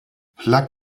plug